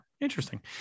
interesting